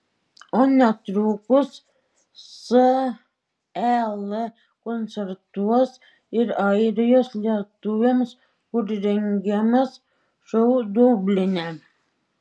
o netrukus sel koncertuos ir airijos lietuviams kur rengiamas šou dubline